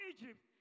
Egypt